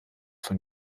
von